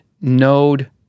Node